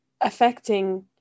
affecting